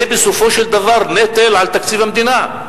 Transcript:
זה בסופו של דבר נטל על תקציב המדינה.